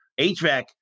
HVAC